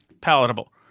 palatable